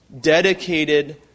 dedicated